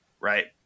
Right